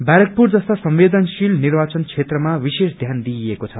बैरकपुर जस्ता संवेदनशील निर्वाचन क्षेत्रमा विश्वेष ध्यान दिइएको छ